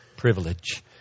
Privilege